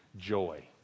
joy